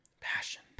passion